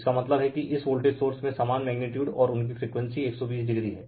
इसका मतलब हैं कि इस वोल्टेज सोर्स में समान मैग्नीटयूड और उनकी फ्रीक्वेंसी 120o हैं